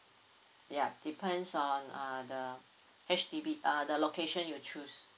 ya depends on uh the H_D_B uh the location you choose